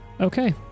Okay